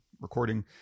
recording